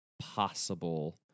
possible